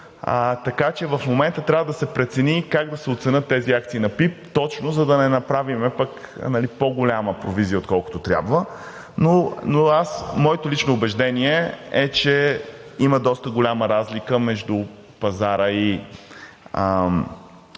така че в момента трябва да се прецени как да се оценят тези акции на ПИБ, точно за да не направим пък по-голяма провизия, отколкото трябва. Но аз, моето лично убеждение е, че има доста голяма разлика между пазара и